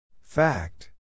Fact